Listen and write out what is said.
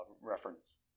reference